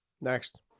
Next